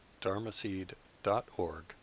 dharmaseed.org